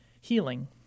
healing